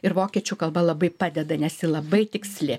ir vokiečių kalba labai padeda nesi ji labai tiksli